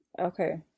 Okay